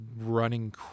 running